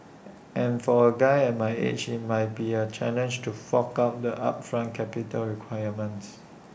and for A guy my age IT might be A challenge to fork out the upfront capital requirements